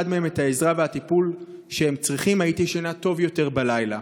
מהם את העזרה והטיפול שהם צריכים הייתי ישנה טוב יותר בלילה,